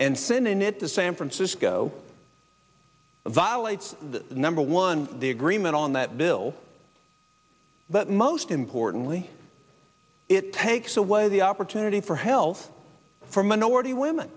and sending it to san francisco violates that number one the agreement on that bill but most importantly it takes away the opportunity for health for minority women